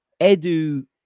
Edu